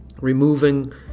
removing